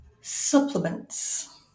Supplements